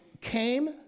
came